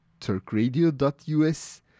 turkradio.us